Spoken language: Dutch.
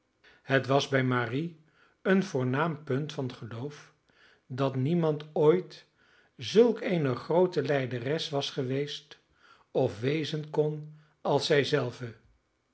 het was bij marie een voornaam punt van geloof dat niemand ooit zulk eene groote lijderes was geweest of wezen kon als zij zelve